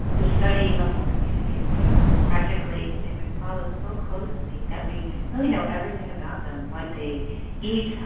to study a whole community of people practically they've been followed so closely that we really know everything about them, what they eat,